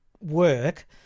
work